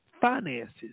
finances